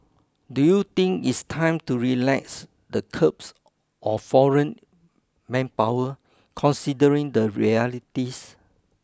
do you think it's time to relax the curbs on foreign manpower considering the realities